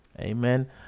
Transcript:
amen